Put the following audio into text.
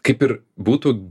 kaip ir būtų